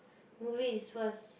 movies first